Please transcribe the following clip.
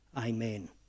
Amen